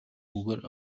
үгээр